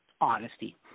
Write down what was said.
honesty